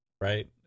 right